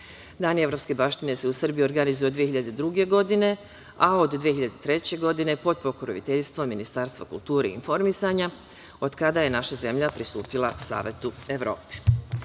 evropske baštine“ se u Srbiji organizuju od 2002. godine, a od 2003. godine pod pokroviteljstvom Ministarstva kulture i informisanja, od kada je naša zemlja pristupila Savetu Evrope. Ove